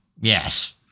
Yes